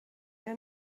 der